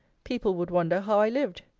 people would wonder how i lived.